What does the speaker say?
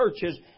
churches